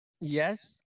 Yes